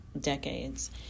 decades